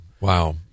wow